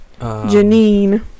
Janine